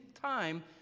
time